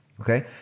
Okay